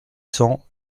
cents